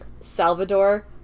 Salvador